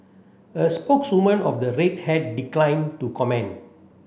a spokeswoman of the Red Hat declined to comment